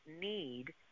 need